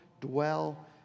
dwell